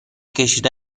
کشیده